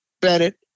Bennett